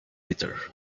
bitter